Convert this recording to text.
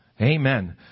Amen